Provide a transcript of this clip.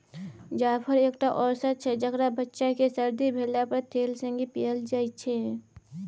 जाफर एकटा औषद छै जकरा बच्चा केँ सरदी भेला पर तेल संगे पियाएल जाइ छै